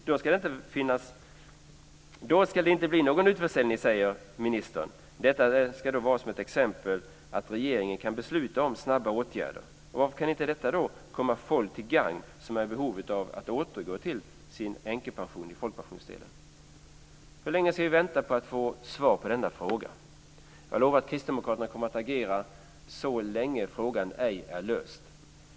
Då ska det inte bli någon utförsäljning, säger ministern. Detta är ett exempel på att regeringen kan besluta om snabba åtgärder. Varför kan då inte detta komma folk till gagn som är i behov av att återgå till sin änkepension i folkpensionen? Hur länge ska vi vänta på att få svar på denna fråga? Jag lovar att Kristdemokraterna kommer att agera så länge frågan ej är löst.